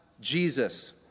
Jesus